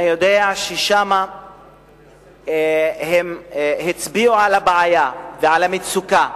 אני יודע ששם הם הצביעו על הבעיה ועל המצוקה.